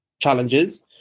challenges